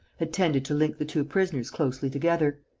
had tended to link the two prisoners closely together.